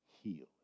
heal